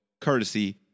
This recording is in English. Courtesy